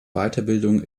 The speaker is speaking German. weiterbildung